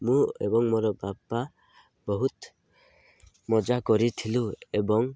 ମୁଁ ଏବଂ ମୋର ବାପା ବହୁତ ମଜା କରିଥିଲୁ ଏବଂ